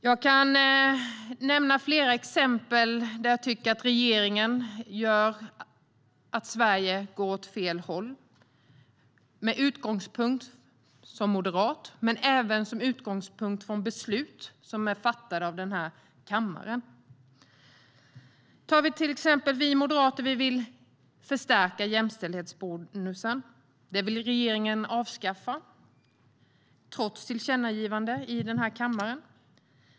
Jag kan nämna flera exempel där jag tycker att regeringen gör att Sverige går åt fel håll. Det gör jag med utgångspunkt från att jag är moderat med även med utgångspunkt från beslut som är fattade av kammaren. Vi moderater vill förstärka jämställdhetsbonusen. Den vill regeringen avskaffa, trots tillkännagivande i kammaren.